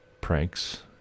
pranks